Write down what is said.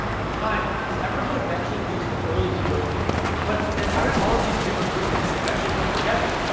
in time these efforts would eventually lead to the early kibbutz movement. but then how did all of these different movements eventually come together?